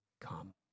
come